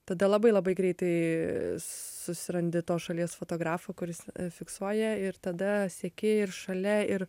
tada labai labai greitai susirandi tos šalies fotografą kuris fiksuoja ir tada seki ir šalia ir